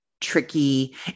tricky